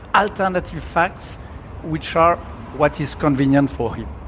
alternative facts which are what is convenient for him.